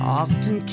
often